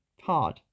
hard